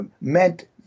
meant